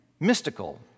Mystical